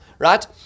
Right